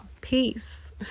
Peace